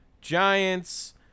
Giants